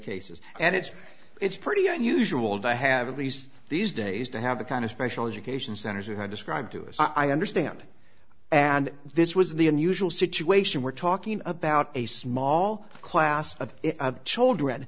cases and it's it's pretty unusual to have these these days to have the kind of special education centers you have described to us i understand and this was the unusual situation we're talking about a small class of children